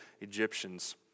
Egyptians